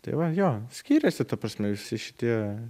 tai va jo skiriasi ta prasme visi šitie